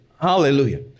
Hallelujah